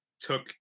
took